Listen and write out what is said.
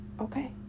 okay